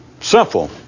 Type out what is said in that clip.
simple